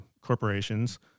corporations